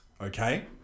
Okay